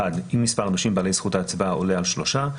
אם מספר הנושים בעלי זכות הצבעה עולה על שלושה,